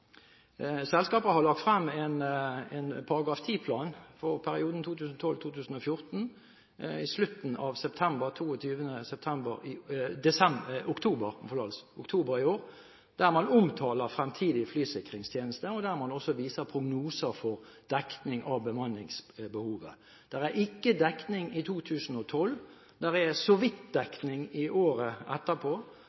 frem en § 10-plan for perioden 2012–2014 i slutten av oktober i år, der man omtaler fremtidige flysikringstjenester, og der man også viser prognoser for dekning av bemanningsbehov. Det er ikke dekning i 2012, og det er så vidt